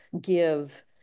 give